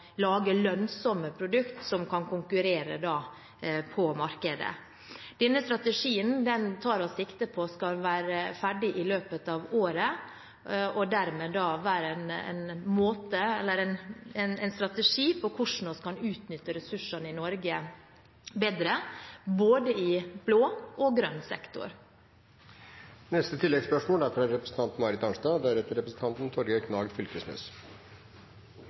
lage lønnsomme produkter som kan konkurrere på markedet. Denne strategien tar vi sikte på skal være ferdig i løpet av året – en strategi på hvordan vi kan utnytte ressursene i Norge bedre, i både blå og grønn sektor. Marit Arnstad – til oppfølgingsspørsmål. Landbruket har sin andel av klimautfordringene, og det blir ofte fokusert på de utfordringene og de problemene som er